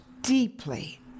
deeply